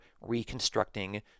reconstructing